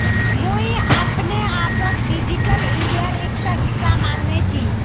मुई अपने आपक डिजिटल इंडियार एकटा हिस्सा माने छि